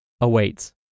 awaits